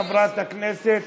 חברת הכנסת